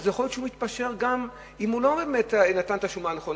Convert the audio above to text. יכול להיות שהוא מתפשר גם אם הוא לא באמת נתן את השומה הנכונה.